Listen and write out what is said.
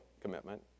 commitment